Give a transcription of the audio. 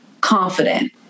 confident